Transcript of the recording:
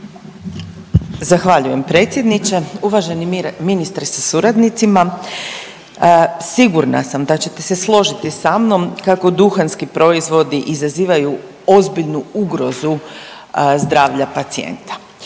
Zahvaljujem predsjedniče, uvaženi ministre sa suradnicima. Sigurna sam da ćete se složiti sa mnom kako duhanski proizvodi izazivaju ozbiljnu ugrozu zdravlja pacijenta.